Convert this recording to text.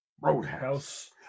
Roadhouse